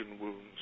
wounds